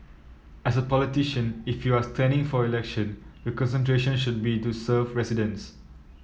as a politician if you are standing for election your concentration should be to serve residents